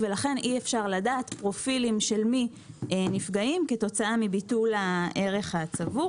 ולכן אי אפשר לדעת פרופילים של מי נפגעים כתוצאה מביטול הערך הצבור.